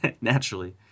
Naturally